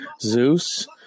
Zeus